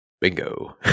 bingo